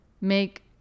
make